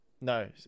no